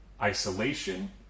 isolation